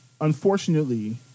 unfortunately